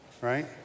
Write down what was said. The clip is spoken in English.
right